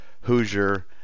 Hoosier